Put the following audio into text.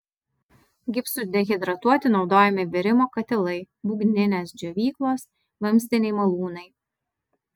gipsui dehidratuoti naudojami virimo katilai būgninės džiovyklos vamzdiniai malūnai